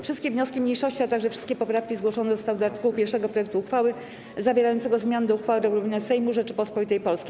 Wszystkie wnioski mniejszości, a także wszystkie poprawki zgłoszone zostały do art. 1 projektu uchwały zawierającego zmiany do uchwały Regulamin Sejmu Rzeczypospolitej Polskiej.